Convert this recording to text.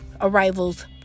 arrivals